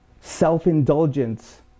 self-indulgence